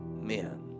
men